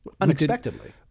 Unexpectedly